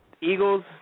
Eagles